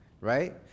right